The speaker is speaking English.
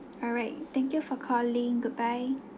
alright thank you for calling goodbye